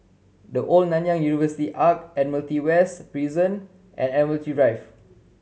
The Old Nanyang University Arch Admiralty West Prison and Admiralty Drive